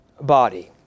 body